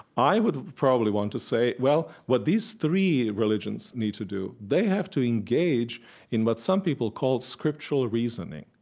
i would probably want to say, well, what these three religions need to do, they have to engage in what some people call scriptural reasoning.